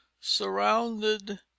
surrounded